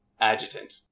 adjutant